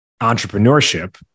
entrepreneurship